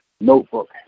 notebook